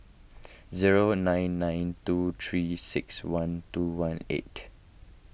zero nine nine two three six one two one eight